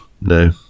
No